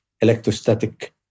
Electrostatic